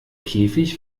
käfig